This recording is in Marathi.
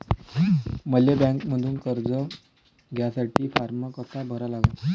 मले बँकेमंधून कर्ज घ्यासाठी फारम कसा भरा लागन?